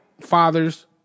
fathers